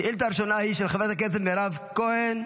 השאילתה הראשונה היא של חברת הכנסת מירב כהן,